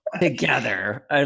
together